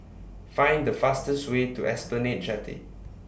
Find The fastest Way to Esplanade Jetty